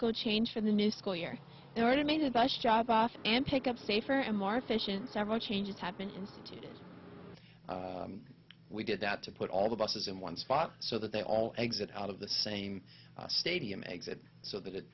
go change for the new school year and already made the bus job off and pick up safer and more efficient several changes happen we did that to put all the buses in one spot so that they all exit out of the same stadium exit so that it